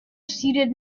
seated